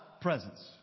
presence